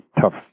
tough